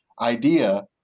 idea